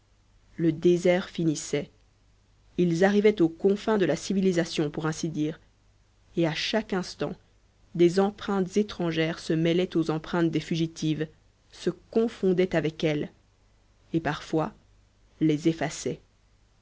le désert finissait ils arrivaient aux confins de la civilisation pour ainsi dire et à chaque instant des empreintes étrangères se mêlaient aux empreintes des fugitives se confondaient avec elles et parfois les